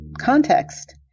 context